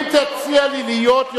אם תציע לי להיות,